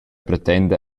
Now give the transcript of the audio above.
pretenda